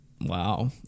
Wow